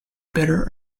bitter